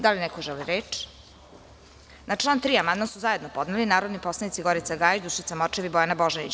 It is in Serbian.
Da li neko želi reč? (Ne.) Na član 3. amandman su zajedno podnele narodni poslanici Gorica Gajić, Dušica Morčev i Bojana Božanić.